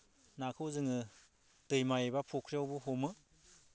नाखौ जोङो दैमा एबा फ'ख्रिआवबो हमो